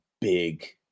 big